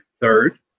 third